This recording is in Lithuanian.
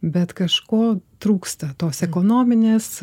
bet kažko trūksta tos ekonominės